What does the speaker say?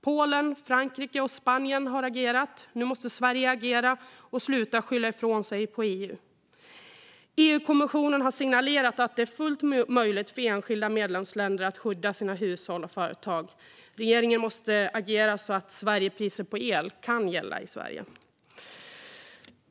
Polen, Frankrike och Spanien har agerat, och nu måste Sverige agera och sluta skylla på EU. EU-kommissionen har signalerat att det är fullt möjligt för enskilda medlemsländer att skydda sina hushåll och företag. Regeringen måste agera så att Sverigepriser på el kan gälla i Sverige.